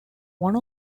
one